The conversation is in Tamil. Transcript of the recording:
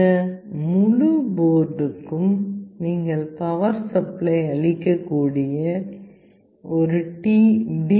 இந்த முழு போர்டுக்கும் நீங்கள் பவர் சப்ளை அளிக்கக்கூடிய ஒரு டி